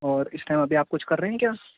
اور اس ٹائم ابھی آپ کچھ کر رہے ہیں کیا